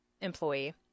employee